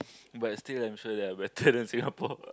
but still I'm sure they're better than Singapore